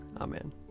Amen